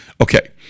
Okay